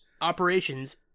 operations